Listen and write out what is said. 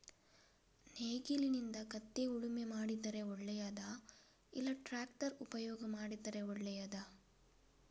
ನೇಗಿಲಿನಿಂದ ಗದ್ದೆ ಉಳುಮೆ ಮಾಡಿದರೆ ಒಳ್ಳೆಯದಾ ಇಲ್ಲ ಟ್ರ್ಯಾಕ್ಟರ್ ಉಪಯೋಗ ಮಾಡಿದರೆ ಒಳ್ಳೆಯದಾ?